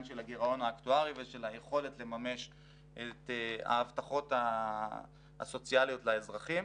של הגירעון האקטוארי ושל היכולת לממש את ההבטחות הסוציאליות לאזרחים.